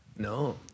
no